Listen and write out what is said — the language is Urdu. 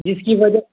جس کی وجہ